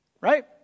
Right